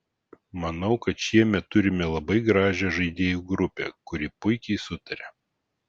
manau kad šiemet turime labai gražią žaidėjų grupę kuri puikiai sutaria